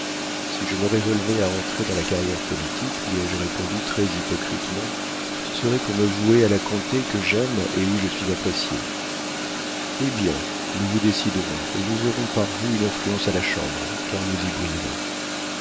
si je me résolvais à entrer dans la carrière politique lui ai-je répondu très hypocritement ce serait pour me vouer à la comté que j'aime et où je suis apprécié eh bien nous vous déciderons et nous aurons par vous une influence à la chambre car vous y